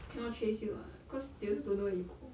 cannot chase you [what] cause they also don't know where you g~